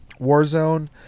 Warzone